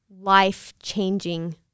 life-changing